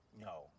No